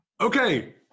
okay